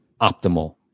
optimal